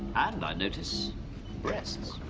and, i notice breasts.